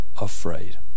afraid